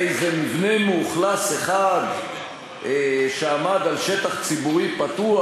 איזה מבנה מאוכלס אחד שעמד על שטח ציבורי פתוח,